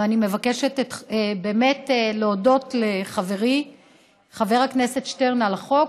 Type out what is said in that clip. ואני מבקשת להודות לחברי חבר הכנסת שטרן על החוק.